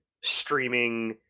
streaming